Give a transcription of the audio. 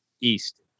east